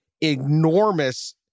enormous